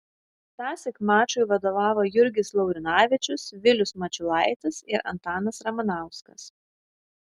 tąsyk mačui vadovavo jurgis laurinavičius vilius mačiulaitis ir antanas ramanauskas